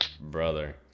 brother